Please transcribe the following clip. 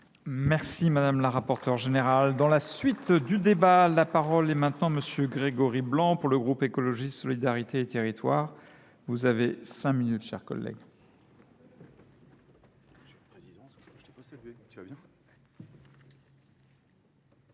Merci madame la rapporteure générale dans la suite du débat la parole est maintenant monsieur grégory blanc pour le groupe écologie solidarité et territoire vous avez cinq minutes cher collègue